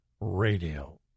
radio